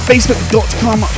Facebook.com